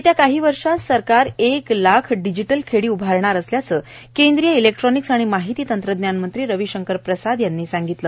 येत्या काही वर्षात सरकार एक लाख डिजिटल खेडी उभारणार असल्याचं केंद्रीय इलेक्ट्रॉनिक्स आणि माहिती तंत्रज्ञान मंत्री रविशंकर प्रसाद यांनी सांगितलं